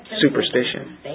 Superstition